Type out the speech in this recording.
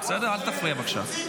אל תפריע, בבקשה.